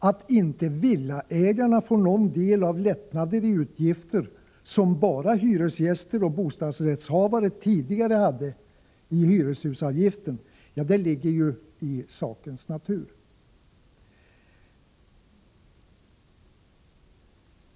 Att inte villaägarna får någon del av lättnaden i fråga om utgifter som bara hyresgäster och bostadsrättshavare tidigare hade ligger i sakens natur.